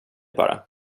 bara